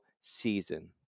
season